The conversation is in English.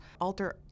alter